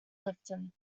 clifton